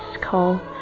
call